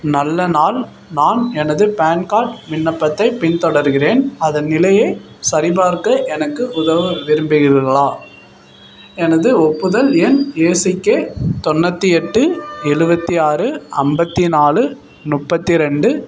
நல்ல நாள் நான் எனது பான்கார்ட் விண்ணப்பத்தை பின் தொடருகிறேன் அதன் நிலையை சரிபார்க்க எனக்கு உதவ விரும்புகிறீர்களா எனது ஒப்புதல் எண் ஏசிகே தொண்ணூற்றி எட்டு எழுவத்தி ஆறு ஐம்பத்தி நாலு முப்பத்தி ரெண்டு